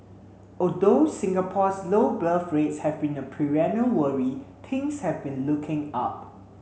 although Singapore's low birth rates have been a perennial worry things have been looking up